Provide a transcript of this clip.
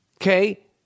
Okay